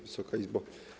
Wysoka Izbo!